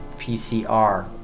PCR